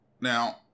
Now